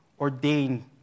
ordained